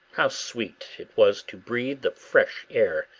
how sweet it was to breathe the fresh air,